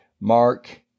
Mark